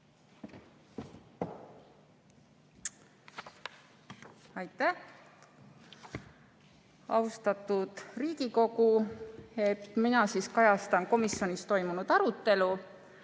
Aitäh! Austatud Riigikogu! Mina kajastan komisjonis toimunud arutelu.